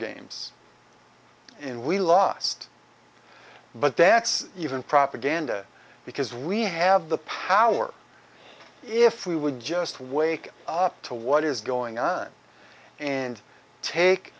games in we lost but that's even propaganda because we have the power if we would just wake up to what is going on and